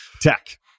tech